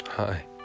Hi